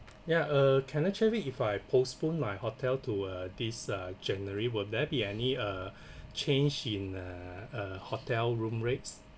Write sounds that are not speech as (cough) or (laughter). yeah uh can I check with you if I postpone my hotel to uh this uh january will there be any uh (breath) change in uh uh hotel room rates